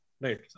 Right